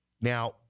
Now